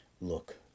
look